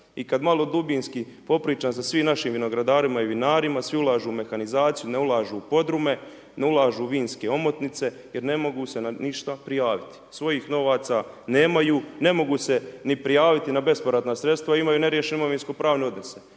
I kad malo dubinski popričam sa svim našim vinogradarima i vinarima, svi ulažu u mehanizaciju, ne ulažu u podrume, ne ulažu u vinske omotnice jer ne mogu se na ništa prijaviti. Svojih novaca nemaju, ne mogu se ni prijaviti na bespovratna sredstva, imaju neriješene imovinsko-pravne odnose.